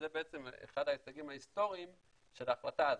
זה אחד ההישגים ההיסטוריים של ההחלטה הזו.